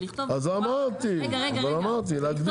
אמרתי, להגדיר.